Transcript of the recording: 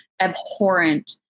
abhorrent